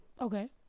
Okay